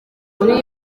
muri